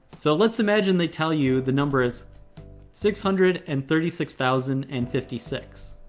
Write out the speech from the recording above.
so let's imagine they tell you the number is six hundred and thirty six thousand and fifty six.